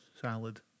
salad